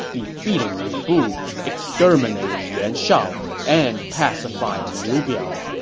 defeating lu bu, exterminating yuan shao, and pacifying liu biao.